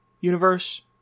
universe